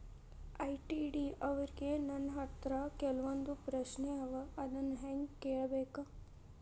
ITD ಅವ್ರಿಗೆ ನನ್ ಹತ್ರ ಕೆಲ್ವೊಂದ್ ಪ್ರಶ್ನೆ ಅವ ಅದನ್ನ ಹೆಂಗ್ ಕಳ್ಸ್ಬೇಕ್?